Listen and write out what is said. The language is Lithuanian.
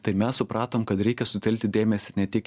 tai mes supratom kad reikia sutelkti dėmesį ne tik